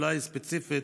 אולי ספציפית: